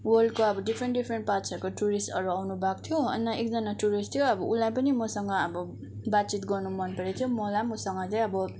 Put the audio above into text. वर्ल्डको अब different different पार्टसहरूको टुरिस्टहरू आउनु भएको थियो अन्त एकजना टुरिस्ट थियो अब उसलाई पनि मसँग अब बातचित गर्न मन परेको थियो मलाई पनि उसँग चाहिँ अब